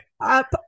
up